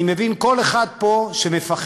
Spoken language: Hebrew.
אני מבין כל אחד פה שמפחד,